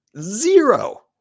Zero